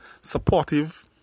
supportive